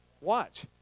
Watch